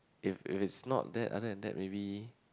if it is not that other than that maybe